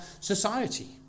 society